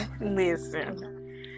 listen